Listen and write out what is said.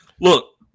Look